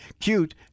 cute